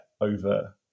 over